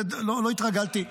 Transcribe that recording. לא התרגלתי,